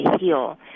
heal